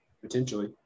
Potentially